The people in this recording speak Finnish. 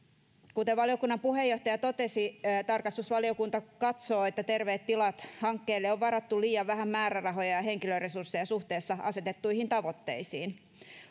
kuten valiokunnan puheenjohtaja totesi tarkastusvaliokunta katsoo että terveet tilat hankkeelle on varattu liian vähän määrärahoja ja ja henkilöresursseja suhteessa asetettuihin tavoitteisiin